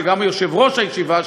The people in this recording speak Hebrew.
שגם יושבת-ראש הישיבה,